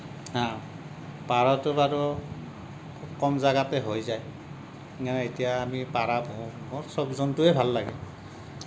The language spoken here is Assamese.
পাৰটো বাৰু কম জাগাতে হৈ যায় এতিয়া আমি পাৰ পুহো মোৰ সব জন্তুৱেই ভাল লাগে